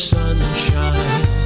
Sunshine